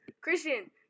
Christian